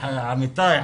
עמיתיי,